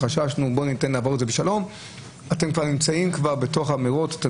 אתם נמצאים בתוך המרוץ,